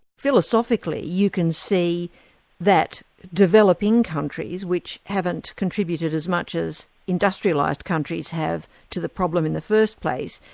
philosophically, you can see that developing countries, which haven't contributed as much as industrialised countries have to the problem in the first place,